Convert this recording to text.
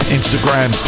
Instagram